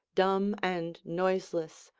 dumb and noiseless,